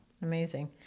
Amazing